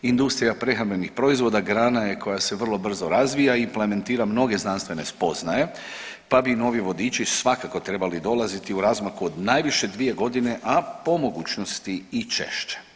Industrija prehrambenih proizvoda grana je koja se vrlo brzo razvija i plementira mnoge znanstvene spoznaje pa bi novi vodiči svakako trebali dolaziti u razmaku od najviše dvije godine, a po mogućnosti i češće.